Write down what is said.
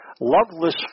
loveless